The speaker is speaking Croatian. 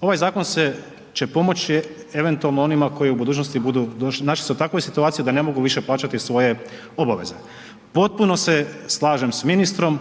ovaj zakon će pomoći eventualno onim ljudima koji u budućnosti budu, našli su se u takvoj situaciji da ne mogu više plaćati svoje obaveze. Potpuno se slažem s ministrom